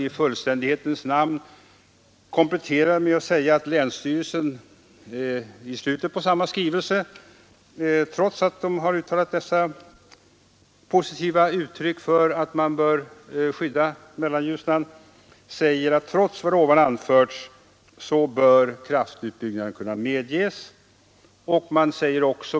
I fullständighetens namn vill jag komplettera detta med att säga att länsstyrelsen i slutet av samma skrivelse, trots att den givit ett så positivt uttryck för att man bör skydda Mellanljusnan, uttalar att kraftverksutbyggnaderna bör kunna medges.